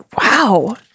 Wow